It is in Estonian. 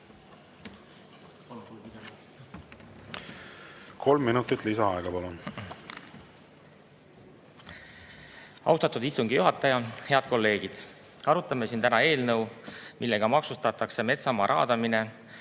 Kolm minutit lisaaega, palun! Austatud istungi juhataja! Head kolleegid! Arutame siin täna eelnõu, millega maksustatakse metsamaa raadamine